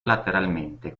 lateralmente